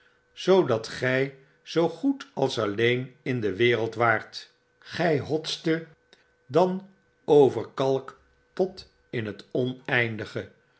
zoodat gy zoo goed als alleen in de wereld waart gyhotstet danger kalk tot in het oneindige